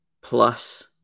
plus